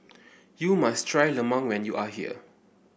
you must try Lemang when you are here